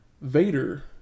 Vader